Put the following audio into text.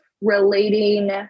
relating